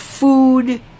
Food